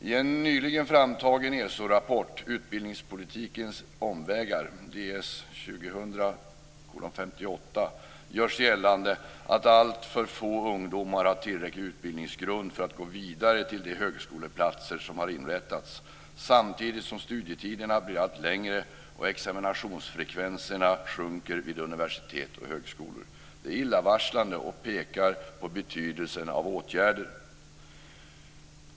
I en nyligen framtagen ESO-rapport, Utbildningspolitikens omvägar, Ds 2000:58, görs gällande att alltför få ungdomar har tillräcklig utbildningsgrund för att gå vidare till de högskoleplatser som har inrättats samtidigt som studietiderna blir allt längre och examinationsfrekvenserna sjunker vid universitet och högskolor. Det är illavarslande och pekar på betydelsen av åtgärder.